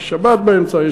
יש שבת באמצע,